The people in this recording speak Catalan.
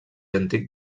antic